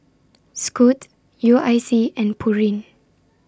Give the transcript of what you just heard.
Scoot U I C and Pureen